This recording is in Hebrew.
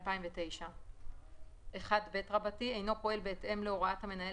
2009 (1ב) אינו פועל בהתאם להוראת המנהל